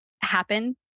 happen